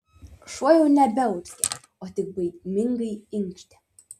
šuo jau nebeurzgė o tik baimingai inkštė